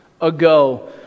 ago